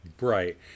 Right